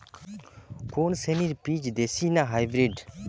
কোন শ্রেণীর বীজ দেশী না হাইব্রিড?